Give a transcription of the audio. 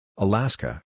Alaska